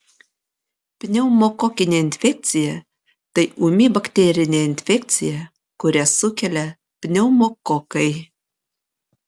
pneumokokinė infekcija tai ūmi bakterinė infekcija kurią sukelia pneumokokai